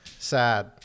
Sad